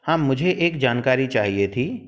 हाँ मुझे एक जानकारी चाहिए थी